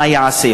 מה יעשה?